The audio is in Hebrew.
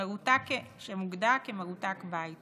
שמוגדר כמרותק בית